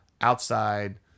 outside